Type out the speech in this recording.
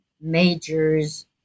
majors